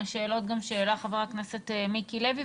השאלות שהאלה חבר הכנסת מיקי לוי,